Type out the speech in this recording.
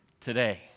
today